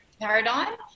paradigm